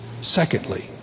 Secondly